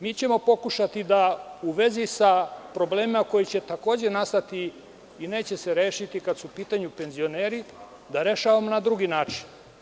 Mi ćemo pokušati da u vezi sa problemima koji će takođe nastati i neće se rešiti kad su u pitanju penzioneri, da rešavamo na drugi način.